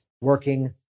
working